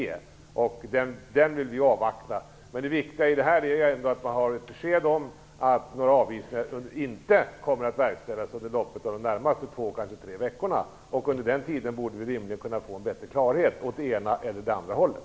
Den bedömningen vill vi avvakta. Men det viktiga är ändå att vi lämnar besked om att avvisningar inte kommer att verkställas under loppet av de närmaste två eller kanske tre veckorna. Under den tiden borde vi rimligen kunna få bättre klarhet åt det ena eller andra hållet.